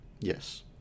Yes